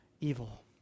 evil